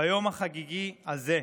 ביום החגיגי הזה: